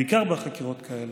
בעיקר בחקירות כאלה.